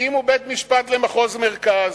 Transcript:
הקימו בית-משפט למחוז מרכז.